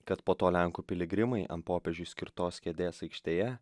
kad po to lenkų piligrimai ant popiežiui skirtos kėdės aikštėje